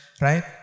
right